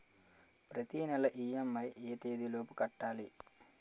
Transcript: ప్రతినెల ఇ.ఎం.ఐ ఎ తేదీ లోపు కట్టాలి?